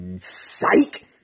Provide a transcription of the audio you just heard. Psych